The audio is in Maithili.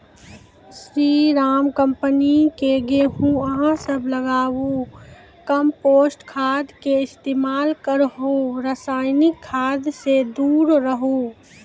स्री राम कम्पनी के गेहूँ अहाँ सब लगाबु कम्पोस्ट खाद के इस्तेमाल करहो रासायनिक खाद से दूर रहूँ?